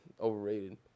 overrated